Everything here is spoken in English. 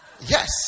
yes